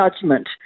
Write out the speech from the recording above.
judgment